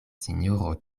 sinjoro